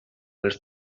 les